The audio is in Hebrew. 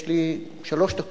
יש לי שלוש דקות,